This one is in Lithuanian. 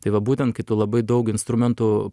tai va būtent kai tu labai daug instrumentų